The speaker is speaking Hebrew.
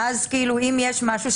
ואז אם יש משהו,